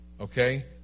okay